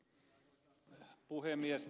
arvoisa puhemies